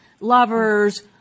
lovers